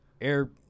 air